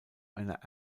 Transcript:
einer